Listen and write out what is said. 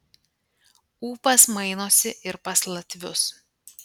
ūpas mainosi ir pas latvius